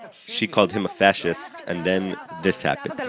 she called him a fascist. and then this happened